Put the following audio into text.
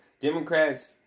Democrats